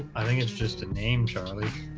i think it's just a name charlie